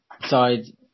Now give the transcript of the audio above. Sorry